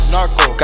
Narco